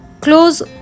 Close